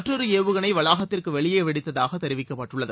மற்றொரு ஏவுகணை வளாகத்திற்கு வெளியே வெடித்ததாக தெரிவிக்கப்பட்டுள்ளது